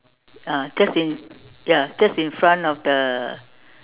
ah just in ya just in front of the